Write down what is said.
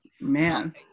man